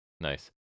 Nice